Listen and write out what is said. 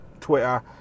Twitter